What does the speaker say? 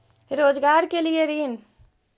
रोजगार के लिए ऋण?